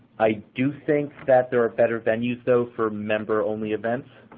i do think that there are better venues, though, for member-only events.